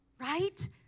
right